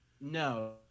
no